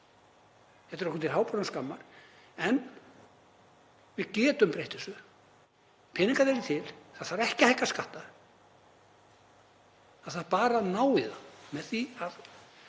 Þetta er okkur til háborinnar skammar en við getum breytt þessu. Peningarnir eru til. Það þarf ekki að hækka skatta, það þarf bara að ná í þá